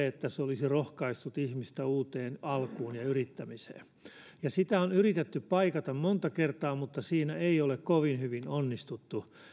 että se olisi rohkaissut ihmistä uuteen alkuun ja yrittämiseen sitä on yritetty paikata monta kertaa mutta siinä ei ole kovin hyvin onnistuttu